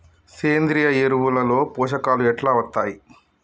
సేంద్రీయ ఎరువుల లో పోషకాలు ఎట్లా వత్తయ్?